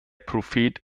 prophet